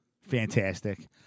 Fantastic